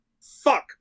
fuck